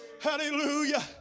Hallelujah